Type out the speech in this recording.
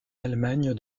allemagne